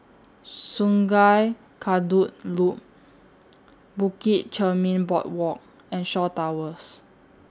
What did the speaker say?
Sungei Kadut Loop Bukit Chermin Boardwalk and Shaw Towers